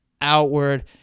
outward